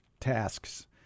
Tasks